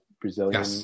Brazilian